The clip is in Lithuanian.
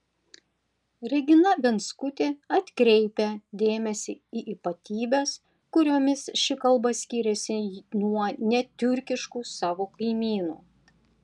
regina venckutė atkreipia dėmesį į ypatybes kuriomis ši kalba skiriasi nuo netiurkiškų savo kaimynių